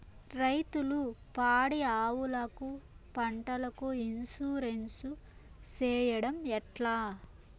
రైతులు పాడి ఆవులకు, పంటలకు, ఇన్సూరెన్సు సేయడం ఎట్లా?